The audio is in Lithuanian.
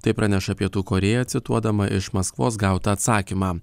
tai praneša pietų korėja cituodama iš maskvos gautą atsakymą